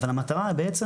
אבל המטרה בעצם,